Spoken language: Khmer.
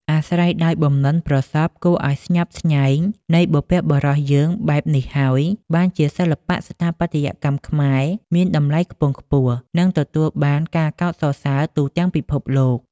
អាស្រ័យដោយបំនិនប្រសប់គួរអោយស្ញប់ស្ញែងនៃបុព្វបុរសយើងបែបនេះហើយ បានជាសិល្បៈស្ថាបត្យកម្ម ខ្មែរមាន តំលៃខ្ពង់ខ្ពស់ និងទទួលបានការកោតសរសើរទូទាំងពិភពលោក ។